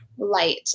light